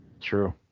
True